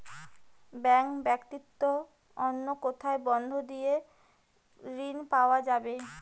Bank ব্যাতীত অন্য কোথায় বন্ধক দিয়ে ঋন পাওয়া যাবে?